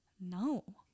no